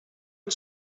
and